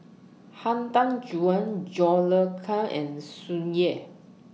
Han Tan Juan John Le Cain and Tsung Yeh